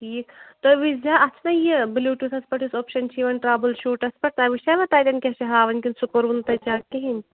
ٹھیٖک تُہۍ وُچھ زِہے اَتھ چھُنہٕ یہِ بِلوٗٹُتھَس پیٚٹھ یُس اوٚپشیٚن چھُ یِوان ٹرٛابُل شوٗٹَس پیٚٹھ تۅہہِ وُچھوا تَتیٚن کیٛاہ چھُ ہاوان کِنہٕ سُہ کوٚروٕ نہ تۅہہِ چیٚک کِہیٖنٛۍ